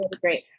great